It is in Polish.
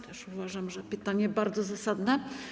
Też uważam, że pytanie bardzo zasadne.